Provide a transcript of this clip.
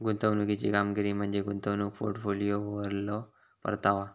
गुंतवणुकीची कामगिरी म्हणजे गुंतवणूक पोर्टफोलिओवरलो परतावा